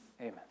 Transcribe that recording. Amen